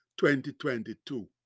2022